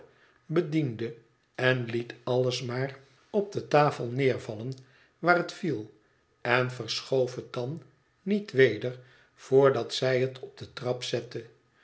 bediende en liet alles maar op de tafel neervallen waar het viel en verschoof het dan niet weder voordat zij het op de trap zette